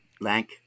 lank